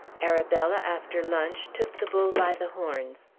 arabella, after lunch, took the bull by the horns.